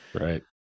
right